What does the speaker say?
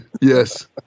Yes